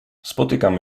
spotykam